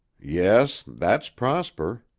yes. that's prosper,